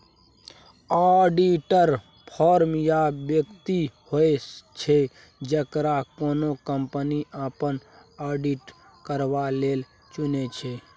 auditor firm या बेकती होइ छै जकरा कोनो कंपनी अपन आडिट करबा लेल चुनै छै